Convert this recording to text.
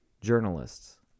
journalists